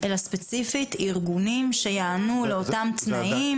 אלא ספציפית ארגונים שיענו לאותם תנאים